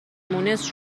مونس